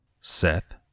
Seth